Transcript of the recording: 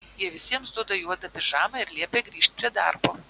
jie visiems duoda juodą pižamą ir liepia grįžt prie darbo